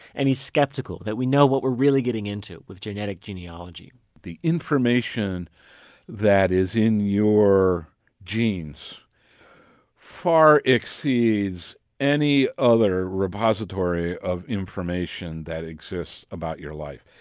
and he's skeptical that we know what we're really getting into with genetic genealogy the information that is in your genes far exceeds any other repository of information that exists about your life.